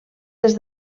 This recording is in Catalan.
des